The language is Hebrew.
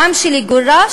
העם שלי גורש,